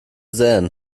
sähen